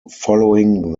following